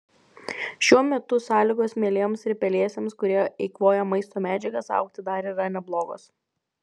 šiuo metu sąlygos mielėms ir pelėsiams kurie eikvoja maisto medžiagas augti dar yra neblogos